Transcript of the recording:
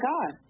God